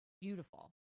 beautiful